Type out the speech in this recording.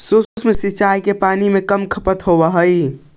सूक्ष्म सिंचाई में पानी के कम खपत होवऽ हइ